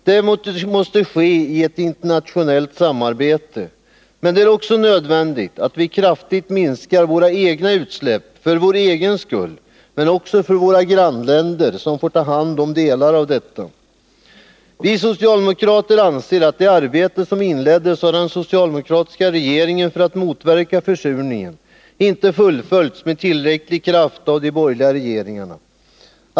Detta måste ske i ett internationellt samarbete. Men det är också nödvändigt att vi kraftigt minskar våra egna utsläpp för vår egen skull, men också för våra grannländers skull, som får ta hand om delar av dessa utsläpp. Vi socialdemokrater anser att det arbete som inleddes av den socialdemokratiska regeringen för att motverka försurningen inte fullföljts med tillräcklig kraft av de borgerliga regeringarna.